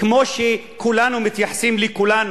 כמו שכולנו מתייחסים לכולנו,